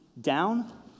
down